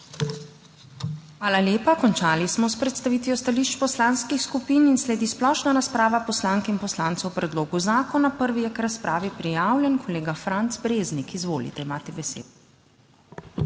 Hvala lepa. Končali smo predstavitev stališč poslanskih skupin. Sledi splošna razprava poslank in poslancev o predlogu zakona. Prvi je k razpravi prijavljen kolega Rado Gladek. Izvolite.